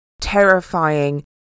terrifying